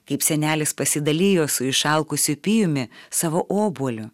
kaip senelis pasidalijo su išalkusiu pijumi savo obuoliu